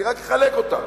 אני רק אחלק אותם.